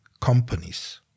companies